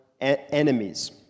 enemies